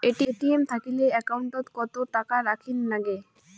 ATM থাকিলে account ওত কত টাকা রাখীর নাগে?